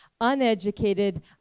uneducated